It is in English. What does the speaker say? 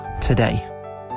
today